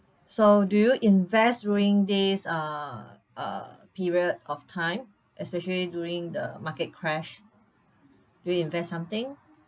so do you invest during this uh uh period of time especially during the market crash do you invest something